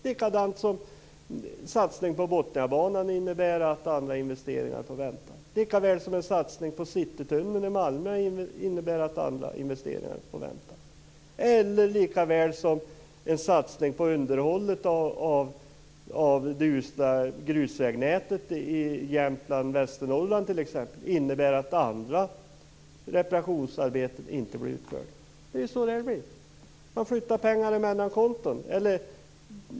Likadant innebär satsningen på Botniabanan att andra investeringar får vänta, likaväl som en satsning på Citytunneln i Malmö innebär att andra investeringar får vänta eller likaväl som en satsning på underhåll av det usla grusvägnätet i Jämtland och Västernorrland t.ex. innebär att andra reparationsarbeten inte blir utförda. Det är så det blir.